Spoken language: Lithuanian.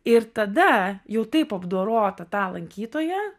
ir tada jau taip apdorotą tą lankytoją